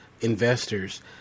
investors